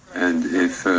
and if